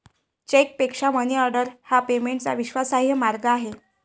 चेकपेक्षा मनीऑर्डर हा पेमेंटचा विश्वासार्ह मार्ग आहे